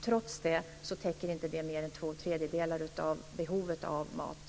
Trots det täcker det inte mer än två tredjedelar av behovet av mat.